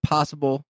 Possible